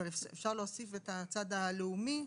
אבל אפשר להוסיף את המילה "לאומי",